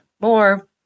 more